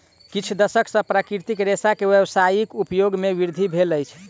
किछ दशक सॅ प्राकृतिक रेशा के व्यावसायिक उपयोग मे वृद्धि भेल अछि